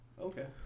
Okay